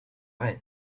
reine